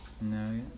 No